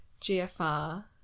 GFR